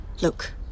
Look